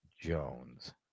Jones